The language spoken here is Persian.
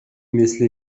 مثل